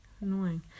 Annoying